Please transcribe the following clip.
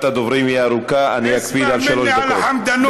על החמדנות.